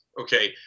Okay